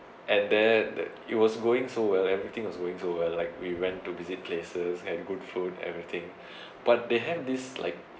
and then that it was going so well everything was going through well like we went to visit places had good food everything but they have this like